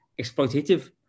exploitative